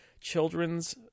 children's